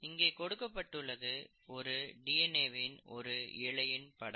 இங்கே கொடுக்கப்பட்டுள்ளது ஒரு டிஎன்ஏ வின் ஒரு இழையின் படம்